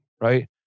right